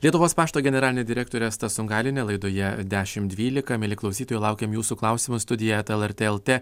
lietuvos pašto generalinė direktorė asta sungailienė laidoje dešim dvylika mieli klausytojai laukiam jūsų klausimų studija eta lrt lt